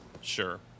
Sure